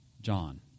John